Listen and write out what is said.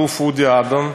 האלוף אודי אדם,